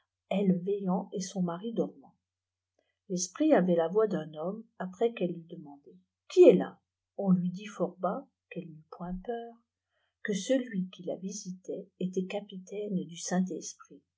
wslant et mu mari dormant l'esprit avak la v wim nottime après qu'elle eut demandé ec qui est là on lui dit fort bas qu'elle n'eût point peur que cui qui la vîsîtek était capitaine du saint-esprit